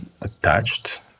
attached